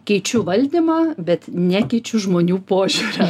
keičiu valdymą bet nekeičiu žmonių požiūrio